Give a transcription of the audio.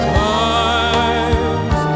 times